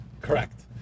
Correct